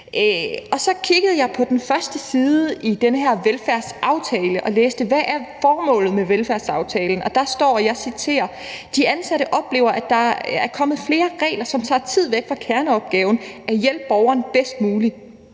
Så kiggede jeg på den første side i den her velfærdsaftale og læste, hvad formålet med velfærdsaftalen er, og der står, og jeg citerer: »De ansatte oplever, at der er kommet flere regler, som tager tid væk fra kerneopgaven; at hjælpe borgerne bedst muligt.«